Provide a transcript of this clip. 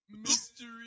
mystery